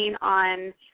on